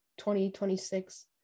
2026